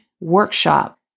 workshop